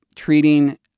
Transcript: treating